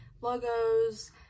logos